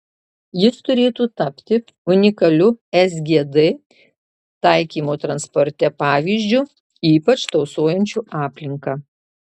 jis turėtų tapti unikaliu sgd taikymo transporte pavyzdžiu ypač tausojančiu aplinką